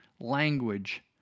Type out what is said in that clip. language